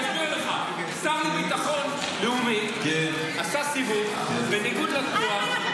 אני אסביר לך: השר לביטחון לאומי עשה סיבוב בניגוד לתנועה,